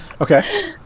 Okay